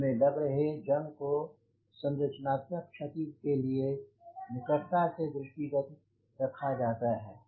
इन में लग रहे जंग को संरचनात्मक क्षति के लिए निकटता से दृष्टि गत रखा जाता है